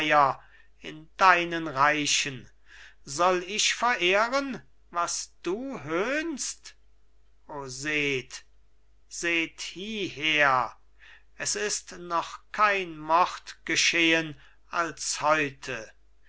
in deinen reichen soll ich verehren was du höhnst o seht seht hieher es ist noch kein mord geschehen als heute